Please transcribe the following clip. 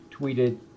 tweeted